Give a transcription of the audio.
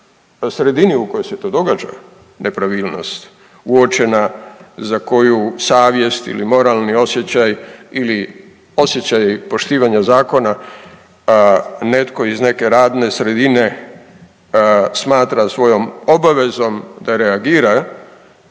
sredini u kojoj se to događa nepravilnost uočena za koju savjest ili moralni osjećaj ili osjećaj poštivanja zakona netko iz neke radne sredine smatra svojom obavezom da reagira,